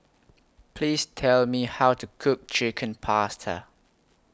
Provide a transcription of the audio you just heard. Please Tell Me How to Cook Chicken Pasta